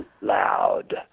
loud